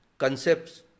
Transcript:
concepts